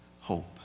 hope